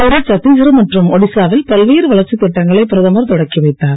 இன்று சத்தீஸ்கர் மற்றும் ஒடிசாவில் பல்வேறு வளர்ச்சித் திட்டங்களை பிரதமர் தொடக்கி வைத்தார்